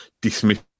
dismiss